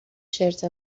شرت